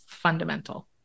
fundamental